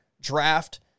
draft